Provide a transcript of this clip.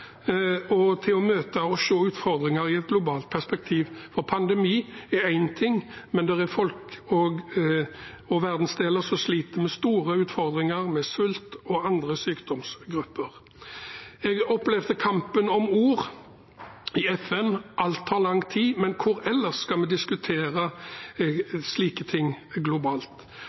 og til å møte og se utfordringer i et globalt perspektiv. Pandemi er én ting, men det er folk og verdensdeler som sliter med store utfordringer, med sult og andre sykdomsgrupper. Jeg opplevde kampen om ord i FN. Alt tar lang tid, men hvor ellers skal vi diskutere slike ting globalt?